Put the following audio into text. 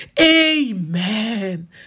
Amen